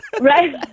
Right